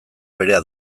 berea